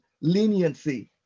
leniency